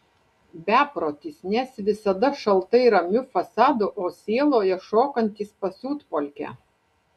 beprotis nes visada šaltai ramiu fasadu o sieloje šokantis pasiutpolkę